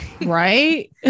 right